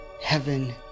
Heaven